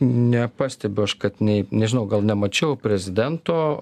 nepastebiu kad nei nežinau gal nemačiau prezidento